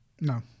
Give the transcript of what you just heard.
No